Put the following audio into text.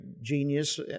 genius